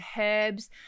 herbs